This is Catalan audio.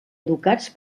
educats